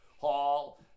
hall